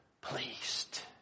pleased